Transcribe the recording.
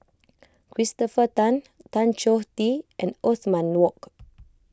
Christopher Tan Tan Choh Tee and Othman Wok